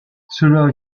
cela